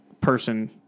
person